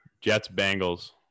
Jets-Bengals